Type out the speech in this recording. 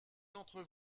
d’entre